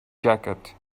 jacket